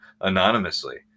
anonymously